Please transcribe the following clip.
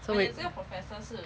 so wait